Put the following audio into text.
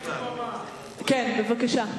כן, בבקשה.